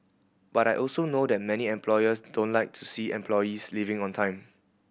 but I also know that many employers don't like to see employees leaving on time